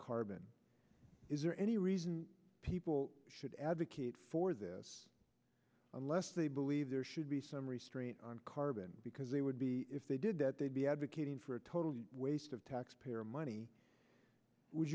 carbon is there any reason people should advocate for this unless they believe there should be some restraint on carbon because they would be if they did that they'd be advocating for a total waste of taxpayer money would